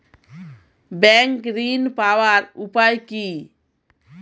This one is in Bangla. ব্যাংক ঋণ পাওয়ার উপায় কি?